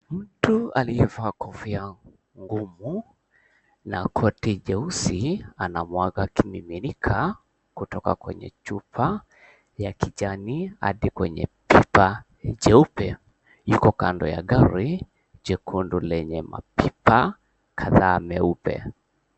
Mtu aliyevaa kofia ngumu na koti jeusi anamwaga kimiminika kutoka kwenye chupa ya kijani hadi kwenye pipa jeupe iko kando ya gari jekundu lenye mapipa kadhaa 𝑚eupe.